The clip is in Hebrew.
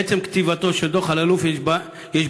עצם כתיבתו של דוח אלאלוף יש בה ברכה